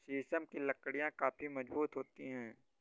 शीशम की लकड़ियाँ काफी मजबूत होती हैं